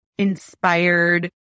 inspired